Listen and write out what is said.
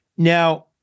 Now